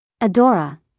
Adora